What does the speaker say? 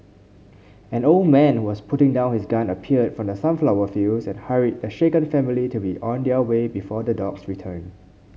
an old man was putting down his gun appeared from the sunflower fields and hurried the shaken family to be on their way before the dogs return